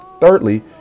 thirdly